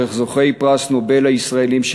דרך זוכי פרס נובל הישראלים,